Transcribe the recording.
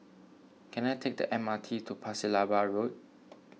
can I take the M R T to Pasir Laba Road